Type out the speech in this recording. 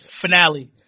finale